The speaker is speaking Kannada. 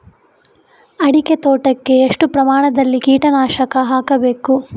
ಅಡಿಕೆ ತೋಟಕ್ಕೆ ಎಷ್ಟು ಪ್ರಮಾಣದಲ್ಲಿ ಕೀಟನಾಶಕ ಹಾಕಬೇಕು?